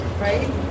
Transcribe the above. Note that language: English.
right